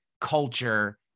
culture